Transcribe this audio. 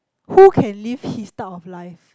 who can live his type of life